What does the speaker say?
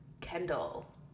Kendall